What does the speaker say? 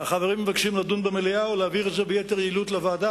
החברים מבקשים לדון במליאה או להעביר את זה ביתר יעילות לוועדה.